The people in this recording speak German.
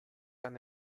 eine